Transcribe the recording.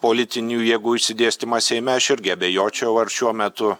politinių jėgų išsidėstymą seime aš irgi abejočiau ar šiuo metu